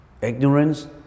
Ignorance